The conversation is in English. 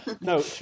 No